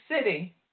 city